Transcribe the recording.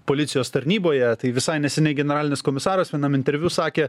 policijos tarnyboje tai visai neseniai generalinis komisaras vienam interviu sakė